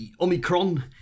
Omicron